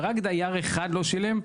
ורק דייר אחד לא שילם,